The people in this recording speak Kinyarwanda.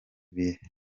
bentiu